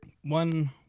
one